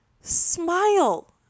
smile